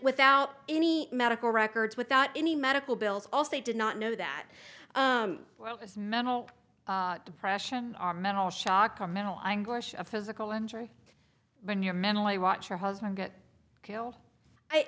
without any medical records without any medical bills also they did not know that his mental depression or mental shock or mental anguish physical injury when you're mentally watch your husband get killed